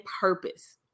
purpose